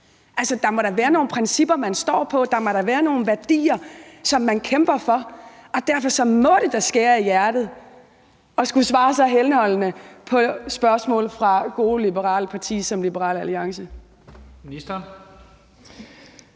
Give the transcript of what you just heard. Der må da være nogle principper, man står fast på. Der må da være nogle værdier, som man kæmper for. Derfor må det da skære i hjertet at skulle svare så henholdende på spørgsmål fra gode, liberale partier som Liberal Alliance. Kl.